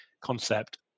concept